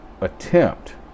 attempt